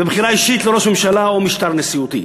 ובחירה אישית של ראש ממשלה או משטר נשיאותי.